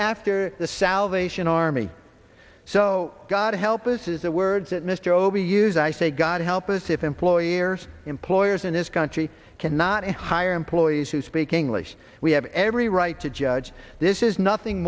after the salvation army so god help us is the words that mr robey use i say god help us if employers employers in this country cannot hire employees who speak english we have every right to judge this is nothing